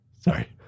sorry